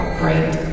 great